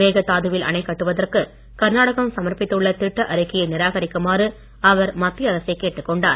மேகதாதுவில் அணை கட்டுவதற்கு கர்நாடகம் சமர்ப்பித்துள்ள திட்ட அறிக்கையை நிராகரிக்குமாறு அவர் மத்திய அரசை கேட்டுக்கொண்டார்